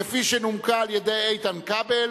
כפי שנומקה על-ידי איתן כבל,